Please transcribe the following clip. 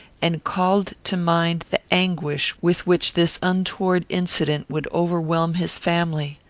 and called to mind the anguish with which this untoward incident would overwhelm his family.